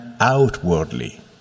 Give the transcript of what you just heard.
outwardly